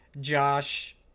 josh